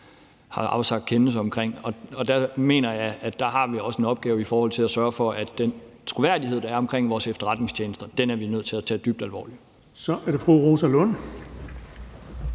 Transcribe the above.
har afsagt kendelse om. Og der mener jeg, at vi også har en opgave i forhold til at sørge for, at den troværdighed, der er omkring vores efterretningstjenester, tager vi dybt alvorligt. Det er vi nødt